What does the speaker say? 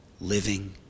living